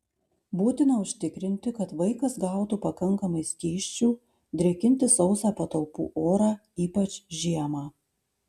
būtina užtikrinti kad vaikas gautų pakankamai skysčių drėkinti sausą patalpų orą ypač žiemą